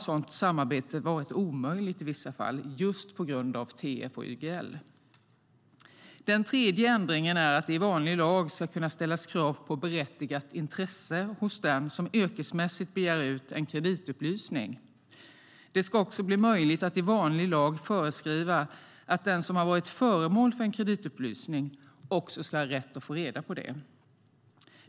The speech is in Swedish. Sådant samarbete har varit omöjligt i vissa fall just på grund av TF och YGL. Den tredje ändringen är att det i vanlig lag ska kunna ställas krav på berättigat intresse hos den som yrkesmässigt begär en kreditupplysning. Det ska också bli möjligt att i vanlig lag föreskriva att den som har varit föremål för en kreditupplysning ska ha rätt att få reda på det.